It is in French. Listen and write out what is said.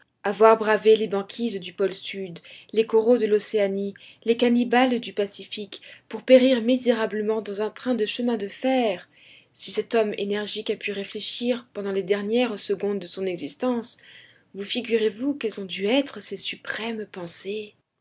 avoir bravé les banquises du pôle sud les coraux de l'océanie les cannibales du pacifique pour périr misérablement dans un train de chemin de fer si cet homme énergique a pu réfléchir pendant les dernières secondes de son existence vous figurez-vous quelles ont dû être ses suprêmes pensées